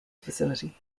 facility